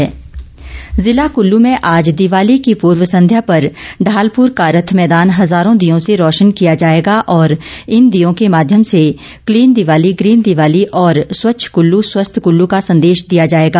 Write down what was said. clean Diwali जिला कुल्लू में आज दिवाली की पूर्व संध्या पर ढालपुर का रथ मैदान हजारों दीयों से रोशन किया जाएगा और इन दीयों के माध्यम से क्लीन दिवाली ग्रीन दिवाली और स्वच्छ कुल्लू स्वस्थ कुल्लू का संदेश दिया जाएगा